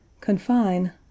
confine